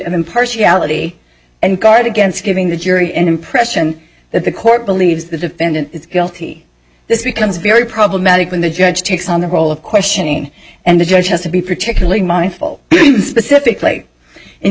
impartiality and guard against giving the jury an impression that the court believes the defendant is guilty this becomes very problematic when the judge takes on the role of questioning and the judge has to be particularly mindful specifically